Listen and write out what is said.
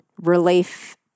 relief